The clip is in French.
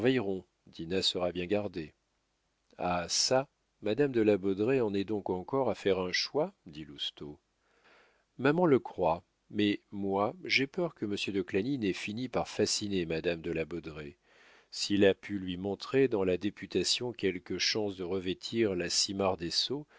sera bien gardée ah çà madame de la baudraye en est donc encore à faire un choix dit lousteau maman le croit mais moi j'ai peur que monsieur de clagny n'ait fini par fasciner madame de la baudraye s'il a pu lui montrer dans la députation quelques chances de revêtir la simarre des sceaux